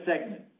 segment